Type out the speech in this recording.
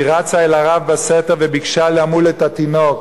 היא רצה אל הרב בסתר וביקשה למול את התינוק.